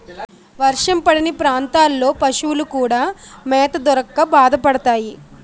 వర్షం పడని ప్రాంతాల్లో పశువులు కూడా మేత దొరక్క బాధపడతాయి